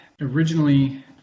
originally